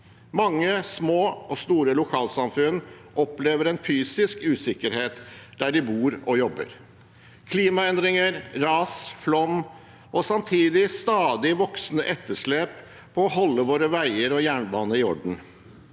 Mange små og store lokalsamfunn opplever en fysisk usikkerhet der de bor og jobber. Klimaendringer, ras, flom og samtidig et stadig voksende etterslep når det gjelder å holde våre veier og jernbaner i orden,